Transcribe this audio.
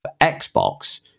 Xbox